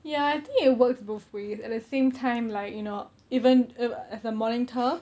ya I think it works both ways at the same time like you know even uh as a monitor